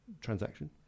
transaction